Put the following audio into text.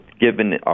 given